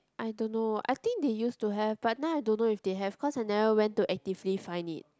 I don't know I think they used to have but now I don't know if they have cause I never went to actively find it